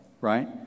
right